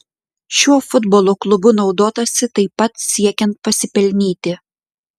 šiuo futbolo klubu naudotasi taip pat siekiant pasipelnyti